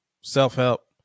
self-help